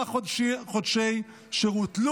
שבעה חודשי שירות.